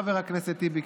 חבר הכנסת טיבי,